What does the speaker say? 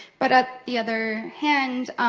but at the other hand,